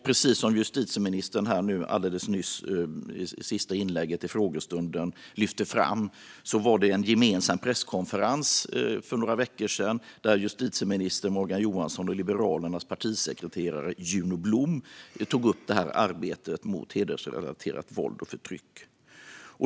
Precis som justitieministern lyfte fram i det sista inlägget i frågestunden hölls en gemensam presskonferens för några veckor sedan, där justitieminister Morgan Johansson och Liberalernas partisekreterare Juno Blom tog upp arbetet mot hedersrelaterat våld och förtryck.